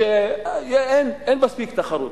שאין מספיק תחרותיות.